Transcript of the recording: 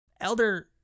Elder